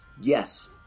yes